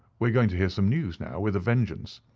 we are going to hear some news now with a vengeance!